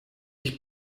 ich